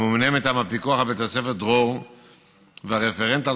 הממונה מטעם הפיקוח על בית ספר דרור והרפרנט על